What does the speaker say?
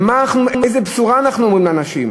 ואיזו בשורה אנחנו אומרים לאנשים?